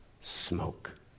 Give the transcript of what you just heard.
smoke